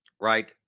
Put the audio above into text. right